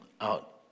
out